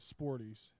sporties